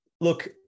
Look